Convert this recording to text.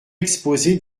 exposé